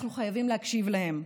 אנחנו חייבים להקשיב להם.